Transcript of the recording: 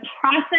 process